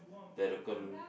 the raccoon